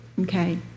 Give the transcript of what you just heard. okay